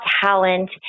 talent